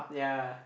yeah